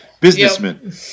businessman